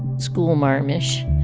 schoolmarmish.